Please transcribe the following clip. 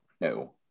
No